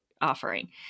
offering